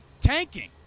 tanking